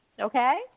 okay